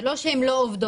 זה לא שהן לא עובדות.